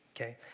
okay